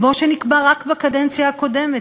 כמו שנקבע רק בקדנציה הקודמת,